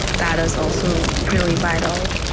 that is also really vital.